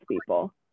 people